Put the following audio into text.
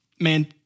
man